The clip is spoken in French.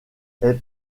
est